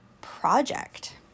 project